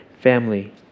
family